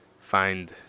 find